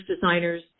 designers